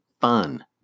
fun